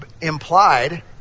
implied